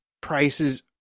Prices